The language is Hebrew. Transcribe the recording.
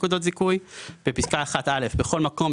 נקודות זיכוי"; בפסקה (1א) בכל מקום,